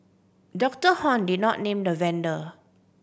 Doctor Hon did not name the vendor